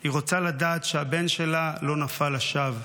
היא רוצה לדעת שהבן שלה לא נפל לשווא.